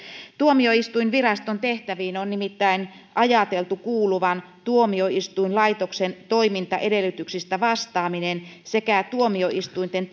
tuomioistuinviraston tehtäviin on nimittäni ajateltu kuuluvan tuomioistuinlaitoksen toimintaedellytyksistä vastaaminen sekä tuomioistuinten